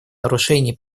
нарушений